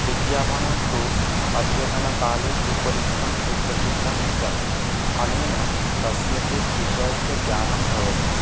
विज्ञापनन्तु अद्यतनकाले सुपरिचितं सुप्रसिध्दं च अनेन कस्यचित् विषयस्य ज्ञानं भवति